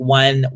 one